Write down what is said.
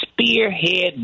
spearhead